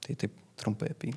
tai taip trumpai apie jį